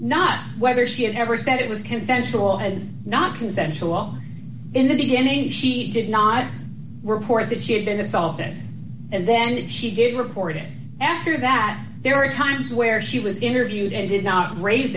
not whether she had ever said it was consensual had not consensual in the beginning she did not report that she had been dissolved it and then she did report it after that there are times where she was interviewed and did not raise